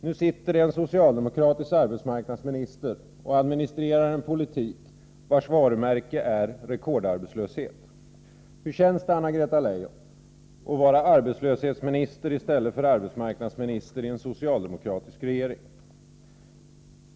Nu sitter en socialdemokratisk arbetsmarknadsminister och administrerar en politik vars varumärke är rekordarbetslöshet. Hur känns det, Anna-Greta Leijon, att vara arbetslöshetsminister i stället för arbetsmarknadsminister i en socialdemokratisk regering?